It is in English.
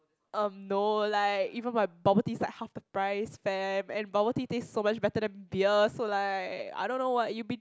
um no like even my bubble tea's like half the price fam and bubble tea tastes so much better than beer so like I don't know what you'll be